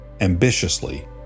ambitiously